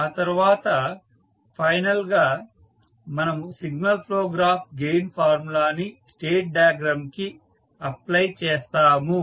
ఆ తర్వాత ఫైనల్ గా మనము signal flow graph gain formula ని స్టేట్ డయాగ్రమ్ కి అప్ప్లై చేస్తాము